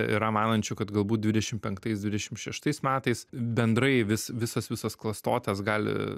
yra manančių kad galbūt dvidešimt penktais dvidešimt šeštais metais bendrai vis visos visos klastotės gali